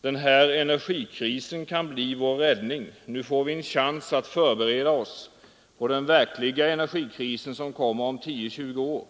”Den här energikrisen kan bli vår räddning. Nu får vi en chans att förbereda oss på den verkliga energikrisen som kommer om 10—20 år.